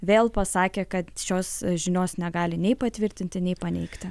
vėl pasakė kad šios žinios negali nei patvirtinti nei paneigti